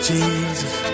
Jesus